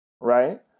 right